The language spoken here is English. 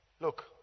look